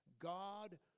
God